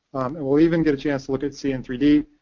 and we'll even get a chance to look at c n three d,